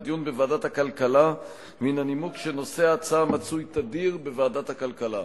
לדיון בוועדת הכלכלה בנימוק שנושא ההצעה מצוי תדיר בוועדת הכלכלה.